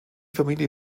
familie